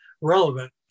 relevant